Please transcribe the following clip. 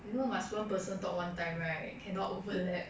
you know you must one person talk one time right cannot overlap